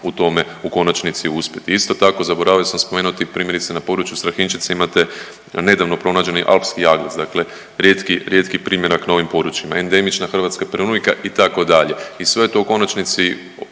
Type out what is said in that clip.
u tome u konačnici uspjeti. Isto tako zaboravio sam spomenuti, primjerice na području Strahinjčice imate nedavno pronađeni alpski jaglac, dakle rijetki, rijetki primjerak na ovim područjima, endemična hrvatska perunika itd. i sve je to u konačnici